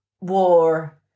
war